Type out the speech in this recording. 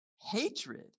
hatred